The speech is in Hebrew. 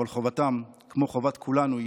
אבל כמו חובת כולנו,